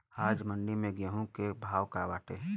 आज मंडी में गेहूँ के का भाव बाटे?